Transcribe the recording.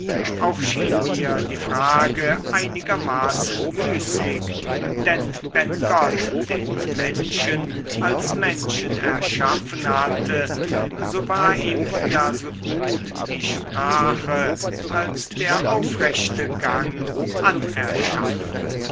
auch schien mir die frage einigermaßen müßig denn wenn gott den menschen als menschen erschaffen hatte so war ihm ja so gut die sprache als der aufrechte gang anerschaffen